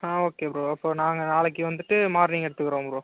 ஆ okay bro அப்போ நாங்கள் நாளைக்கு வந்துட்டு மார்னிங் எடுத்துக்கிறோம் ப்ரோ